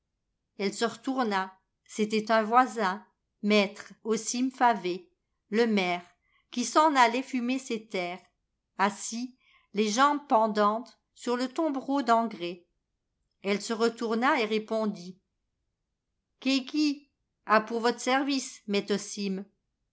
elle se retourna c'était un voisin maître osime favet le maire qui s'en allait fumer ses terres assis les jambes pendantes sur le tombereau d'engrais elle se retourna et répondit que qu'y a pour vot service maît